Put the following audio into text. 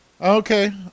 okay